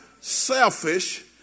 Selfish